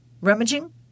rummaging